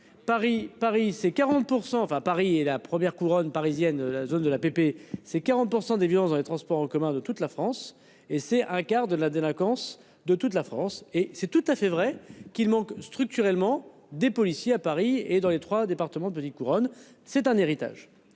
Paris c'est 40% enfin à Paris et la première couronne parisienne la zone de l'APP, c'est 40% des violences dans les transports en commun de toute la France et c'est un quart de la délinquance de toute la France et c'est tout à fait vrai qu'il manquent structurellement des policiers à Paris et dans les 3 départements de petite couronne c'est un héritage.